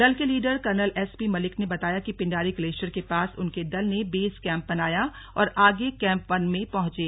दल के leader colonel S P Malik ने बताया कि पिंडारी ग्लेशियर के पास उनके दल ने बेस कैंप बनाया और आगे कैंप वन में पहुंचे